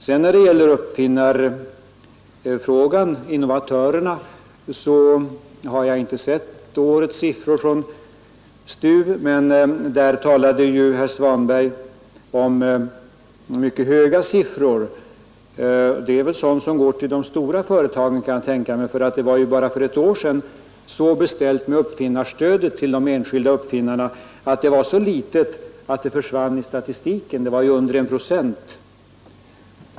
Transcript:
När det sedan gäller innovationsverksamheten vill jag säga att jag inte har sett årets siffror från STU, men herr Svanberg nämnde mycket höga siffror. Det är väl vad som huvudsakligen går till de stora företagen, kan jag tänka mig. För bara ett år sedan var det dåligt beställt med uppfinnarstödet till de enskilda uppfinnarna. Stödet var så litet att det försvann i statistiken — det var under 1 procent.